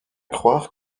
croire